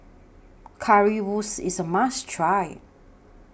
Currywurst IS A must Try